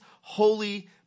holy